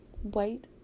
white